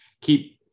keep